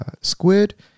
squid